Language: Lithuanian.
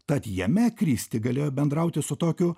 tad jame kristi galėjo bendrauti su tokiu